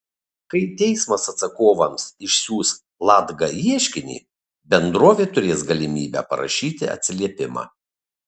kai teismas atsakovams išsiųs latga ieškinį bendrovė turės galimybę parašyti atsiliepimą